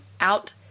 out